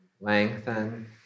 Lengthen